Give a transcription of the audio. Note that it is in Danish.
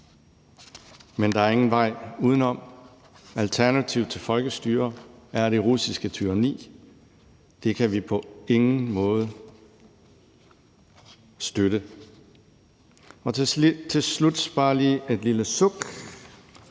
men der er ingen vej udenom. Alternativet til folkestyre er det russiske tyranni. Det kan vi på ingen måde støtte. Til slut må jeg bare lige